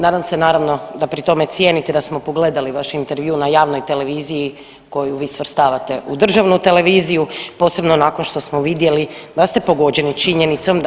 Nadam se naravno da pri tome cijenite da smo pogledali vaš intervju na javnoj televiziji koju vi svrstavate u državnu televiziju posebno nakon što smo vidjeli da ste pogođeni činjenicom da